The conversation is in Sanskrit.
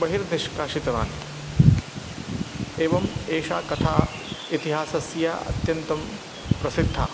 बहिर्निष्कासितवान् एवम् एषा कथा इतिहासस्य अत्यन्तं प्रसिद्धा